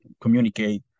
communicate